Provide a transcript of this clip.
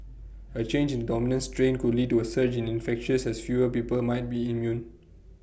A change in dominant strain could lead to A surge in infections has fewer people might be immune